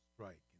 strike